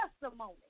testimony